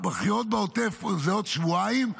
הבחירות בעוטף זה בעוד שבועיים.